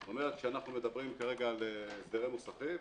זאת אומרת שכשאנחנו מדברים כרגע על הסדרי מוסכים,